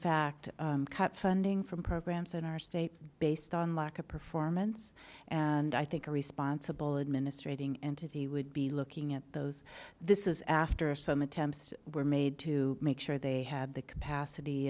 fact cut funding from programs in our state based on lack of performance and i think a responsible administrating entity would be looking at those this is after some attempts were made to make sure they had the capacity